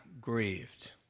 grieved